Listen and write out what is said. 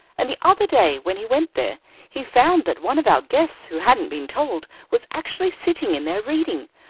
and the other day when he went there he found that one of our guests who hadn't been told, was actually sitting in there reading.